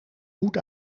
hoed